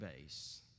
base